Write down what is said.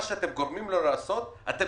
מה שאתם גורמים לו לעשות אתם